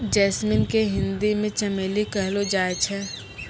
jasmine के हिंदी मे चमेली कहलो जाय छै